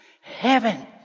heaven